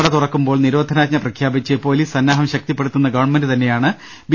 നട തുറക്കുമ്പോൾ നിരോധനാജ്ഞ പ്രഖ്യാപിച്ച് പൊലീസ് സന്നാഹം ശക്തിപ്പെടുത്തുന്ന ഗവൺമെന്റ് തന്നെയാണ് ബി